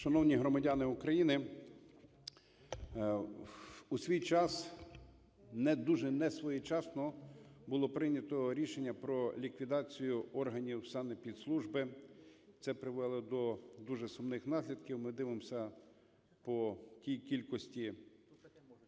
Шановні громадяни України! У свій час дуже несвоєчасно було прийнято рішення про ліквідацію органів санепідслужби. Це привело до дуже сумних наслідків. Ми дивимось по кількості